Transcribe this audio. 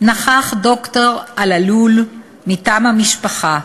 נכח ד"ר אל-עלול מטעם המשפחה.